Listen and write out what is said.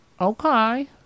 Okay